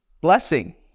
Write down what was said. blessing